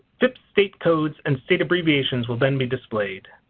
fips state codes and state abbreviations will then be displayed.